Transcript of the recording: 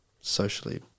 socially